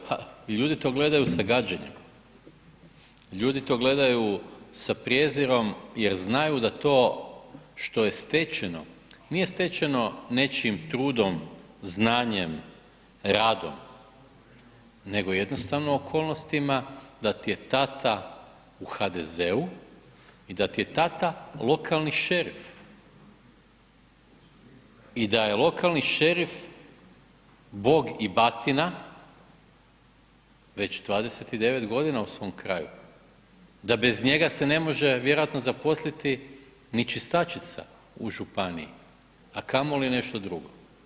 Pa, ljudi to gledaju sa gađenjem, ljudi to gledaju sa prijezirom jer znaju da to što je stečeno, nije stečeno nečijim trudom, znanjem, radom, nego jednostavno okolnostima da ti je tata u HDZ-u i da ti je tata lokalni šerif i da je lokalni šerif bog i batina već 29 godina u svom kraju, da bez njega se ne može vjerojatno zaposliti ni čistačica u županiji, a kamoli nešto drugo.